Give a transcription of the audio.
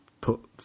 put